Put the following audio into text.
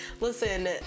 listen